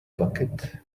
bucket